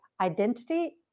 identity